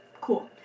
cool